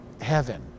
heaven